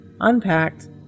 unpacked